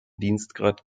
dienstgrad